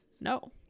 no